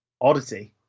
oddity